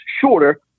shorter